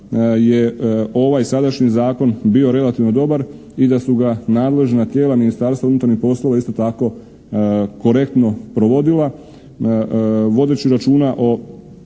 je ovaj sadašnji zakon bio relativno dobar i da su ga nadležna tijela Ministarstva unutarnjih poslova isto tako korektno provodila vodeći računa o